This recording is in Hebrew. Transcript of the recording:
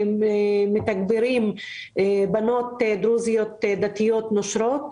מתגברים בנות דרוזיות דתיות נושרות.